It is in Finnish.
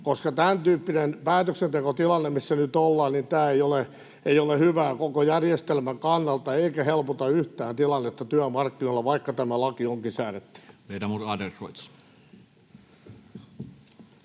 koska tämäntyyppinen päätöksentekotilanne, missä nyt ollaan, ei ole hyvä koko järjestelmän kannalta eikä helpota yhtään tilannetta työmarkkinoilla, vaikka tämä laki onkin säädetty.